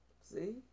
see